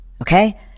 Okay